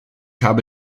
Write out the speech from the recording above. habe